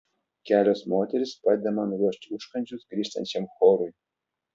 kelios moterys padeda man ruošti užkandžius grįžtančiam chorui